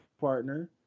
partner